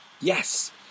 Yes